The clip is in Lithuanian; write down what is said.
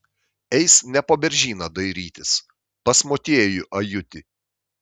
eis ne po beržyną dairytis pas motiejų ajutį